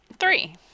Three